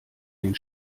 den